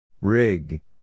Rig